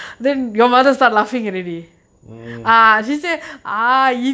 mm